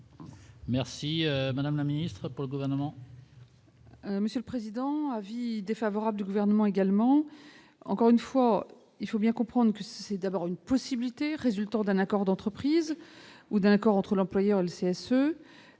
Merci madame la ministre, pour le gouvernement. Monsieur le président : avis défavorable du gouvernement également, encore une fois, il faut bien comprendre que c'est d'abord une possibilité résultant d'un accord d'entreprise ou d'un accord entre l'employeur, le CSE